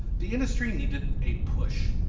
the industry needed a push.